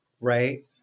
right